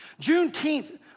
Juneteenth